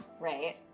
Right